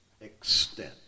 extent